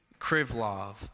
Krivlov